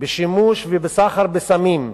בשימוש ובסחר בסמים,